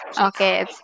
Okay